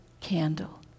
candle